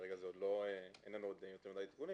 כרגע אין לנו יותר מדי כיוונים.